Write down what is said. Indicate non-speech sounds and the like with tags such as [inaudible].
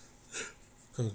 [laughs]